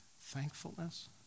thankfulness